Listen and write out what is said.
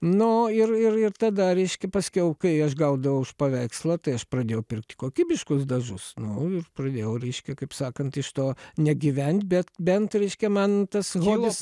nu ir ir ir tada reiškia paskiau kai aš gaudavau už paveikslą tai aš pradėjau pirkti kokybiškus dažus nu ir pradėjau reiškia kaip sakant iš to ne gyvent bet bent reiškia man tas hobis